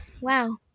Wow